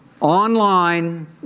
online